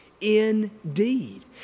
indeed